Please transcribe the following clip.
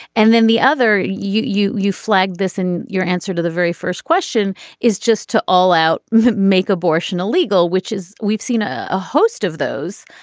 and then the other you you flagged this in your answer to the very first question is just to all out make abortion illegal which is we've seen a ah host of those